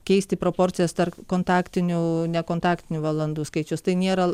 keisti proporcijas tarp kontaktinių nekontaktinių valandų skaičiaus tai nėra